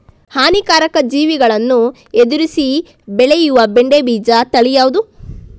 ಹಾನಿಕಾರಕ ಜೀವಿಗಳನ್ನು ಎದುರಿಸಿ ಬೆಳೆಯುವ ಬೆಂಡೆ ಬೀಜ ತಳಿ ಯಾವ್ದು?